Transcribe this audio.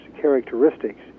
characteristics